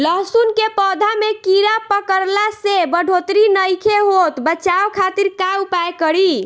लहसुन के पौधा में कीड़ा पकड़ला से बढ़ोतरी नईखे होत बचाव खातिर का उपाय करी?